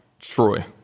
Troy